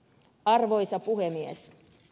arvoisa puhemies